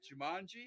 Jumanji